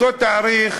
לאותו תאריך